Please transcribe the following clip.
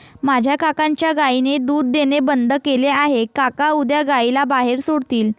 माझ्या काकांच्या गायीने दूध देणे बंद केले आहे, काका उद्या गायीला बाहेर सोडतील